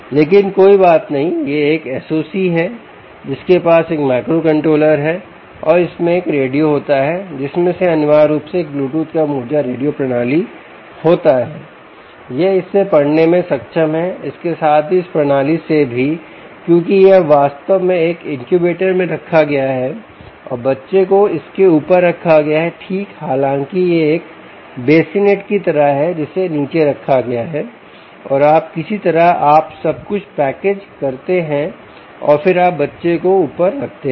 लेकिन कोई बात नहीं यह एक SOC है जिसके पास एक माइक्रोकंट्रोलर है और इसमें एक रेडियो होता है जिसमें से अनिवार्य रूप से एक ब्लूटूथ कम ऊर्जा रेडियो प्रणाली होता है यह इस से पढ़ने में सक्षम है इसके साथ ही इस प्रणाली से भी क्योंकि यह अब वास्तव में एक इनक्यूबेटर में रखा गया है और बच्चे को इस के ऊपर रखा गया है ठीक हालांकि यह एक बेसिनेट की तरह है जिसे नीचे रखा गया है और किसी तरह आप सब कुछ पैकेज करते हैं और फिर आप बच्चे को ऊपर रखते हैं